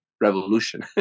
revolution